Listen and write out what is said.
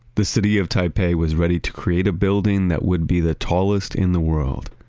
the city of taipei was ready to create a building that would be the tallest in the world.